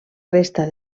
resta